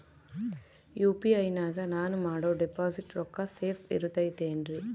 UPI ನಾಗ ನಾನು ಮಾಡೋ ಡಿಪಾಸಿಟ್ ರೊಕ್ಕ ಸೇಫ್ ಇರುತೈತೇನ್ರಿ?